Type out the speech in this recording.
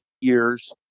years